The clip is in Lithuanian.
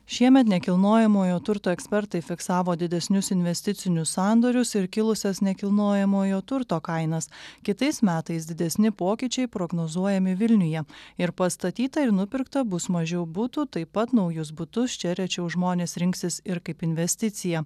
šiemet nekilnojamojo turto ekspertai fiksavo didesnius investicinius sandorius ir kilusias nekilnojamojo turto kainas kitais metais didesni pokyčiai prognozuojami vilniuje ir pastatyta ir nupirkta bus mažiau butų taip pat naujus butus čia rečiau žmonės rinksis ir kaip investiciją